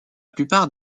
plupart